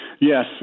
Yes